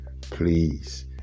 Please